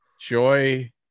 Joy